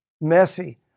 messy